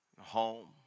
home